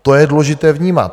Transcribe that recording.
To je důležité vnímat.